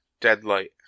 Deadlight